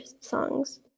songs